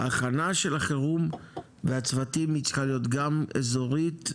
ההכנה של החירום והצוותים צריכה להיות גם אזורית,